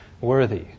worthy